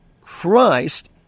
Christ